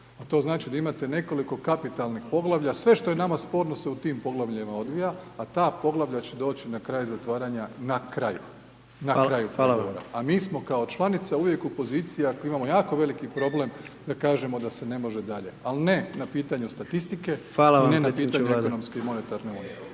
to znači da imate nekoliko kapitalnih poglavlja, sve što je nama sporno se u tim poglavljima odvija, a ta poglavlja će doći na kraju zatvaranja, na kraju, na kraju pregovora …/Upadica: Hvala vam./… a mi smo kao članica uvijek u poziciji ako imamo jako veliki problem da kažemo da se ne može dalje, ali ne na pitanju statistike …/Upadica: Hvala vam predsjedniče